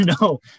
no